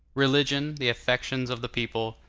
religion, the affections of the people,